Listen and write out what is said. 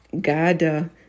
God